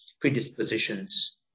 predispositions